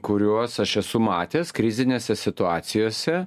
kuriuos aš esu matęs krizinėse situacijose